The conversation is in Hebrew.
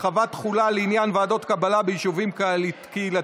(הרחבת תחולה לעניין ועדות קבלה ביישובים קהילתיים),